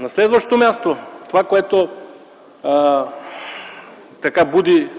На следващо място, това, което